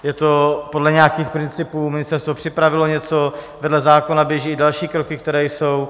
Je to podle nějakých principů, ministerstvo připravilo něco, vedle zákona běží i další kroky, které jsou.